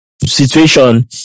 situation